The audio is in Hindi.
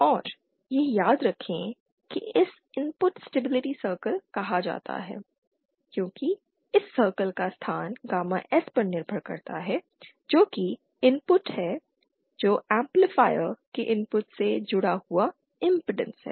और यह याद रखें कि इसे इनपुट स्टेबिलिटी सर्कल कहा जाता है क्योंकि इस सर्कल का स्थान गामा S पर निर्भर करता है जो कि इनपुट है जो एम्पलीफायर के इनपुट से जुड़ा हुआ इम्पीडेन्स है